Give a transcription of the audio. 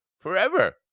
forever